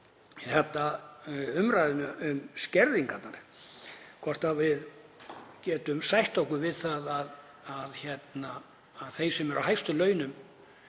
inn umræðuna um skerðingarnar, hvort við getum sætt okkur við það að þeir sem eru á hæstu launum